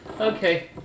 Okay